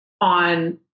on